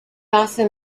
also